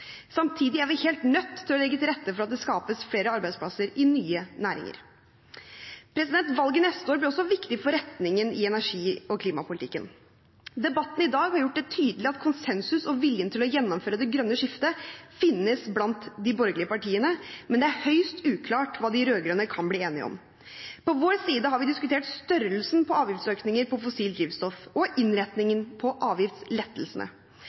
Samtidig er vi helt nødt til å legge til rette for at det skapes flere arbeidsplasser i nye næringer. Valget neste år blir også viktig for retningen i energi- og klimapolitikken. Debatten i dag har gjort det tydelig at konsensus og viljen til å gjennomføre det grønne skiftet finnes blant de borgerlige partiene, men det er høyst uklart hva de rød-grønne kan bli enige om. På vår side har vi diskutert størrelsen på avgiftsøkninger på fossilt drivstoff og innretningen på avgiftslettelsene.